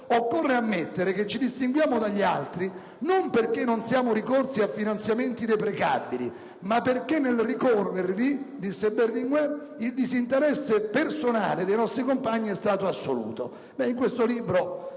«Occorre ammettere che ci distinguiamo dagli altri non perché non siamo ricorsi a finanziamenti deprecabili, ma perché nel ricorrervi il disinteresse personale dei nostri compagni è stato assoluto».